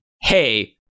hey